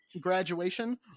Graduation